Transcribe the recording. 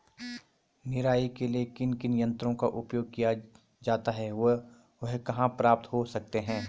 निराई के लिए किन किन यंत्रों का उपयोग किया जाता है वह कहाँ प्राप्त हो सकते हैं?